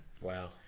wow